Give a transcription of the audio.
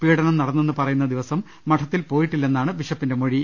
പീഡനം നടന്നെന്ന് പറയുന്ന ദിവസം മഠത്തിൽ പോയിട്ടില്ലെന്നാണ് ബിഷപ്പിന്റെ മൊഴി